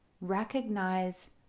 recognize